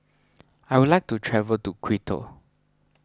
I would like to travel to Quito